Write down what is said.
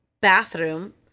bathroom